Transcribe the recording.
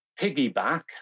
piggyback